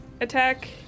attack-